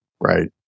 right